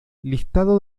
listado